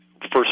first